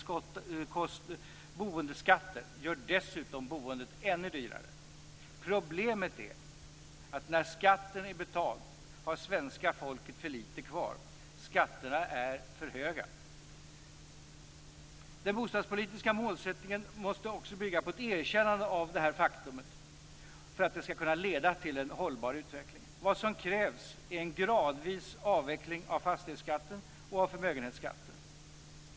Höga boendeskatter gör dessutom boendet ännu dyrare. Problemet är att när skatten är betald har svenska folket för litet kvar. Skatterna är för höga! Den bostadspolitiska målsättningen måste också bygga på ett erkännande av detta faktum för att den skall kunna leda till en hållbar utveckling. Vad som krävs är en gradvis avveckling av fastighetsskatten och av förmögenhetsskatten.